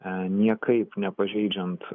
niekaip nepažeidžiant